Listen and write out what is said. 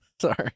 sorry